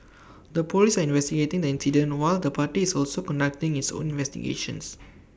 the Police are investigating the incident while the party is also conducting its own investigations